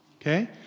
Okay